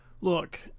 look